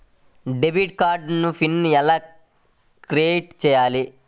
Debit card PIN ఎలా create చెయ్యాలి?